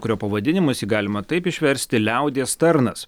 kurio pavadinimas jį galima taip išversti liaudies tarnas